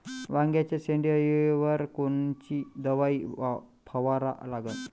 वांग्याच्या शेंडी अळीवर कोनची दवाई फवारा लागन?